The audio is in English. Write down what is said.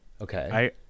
Okay